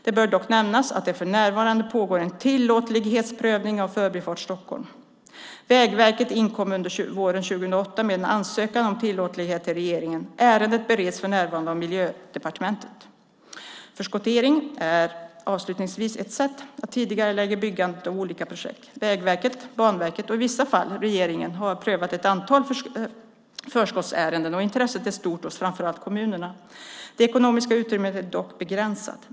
Det bör dock nämnas att det för närvarande pågår en tillåtlighetsprövning av Förbifart Stockholm. Vägverket inkom under våren 2008 med en ansökan om tillåtlighet till regeringen. Ärendet bereds för närvarande av Miljödepartementet. Förskottering är avslutningsvis ett sätt att tidigarelägga byggandet av olika projekt. Vägverket, Banverket och i vissa fall regeringen har prövat ett antal förskotteringsärenden, och intresset är stort hos framför allt kommunerna. Det ekonomiska utrymmet är dock begränsat.